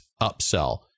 upsell